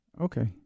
Okay